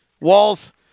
Walls